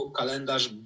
kalendarz